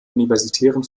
universitären